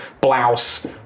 blouse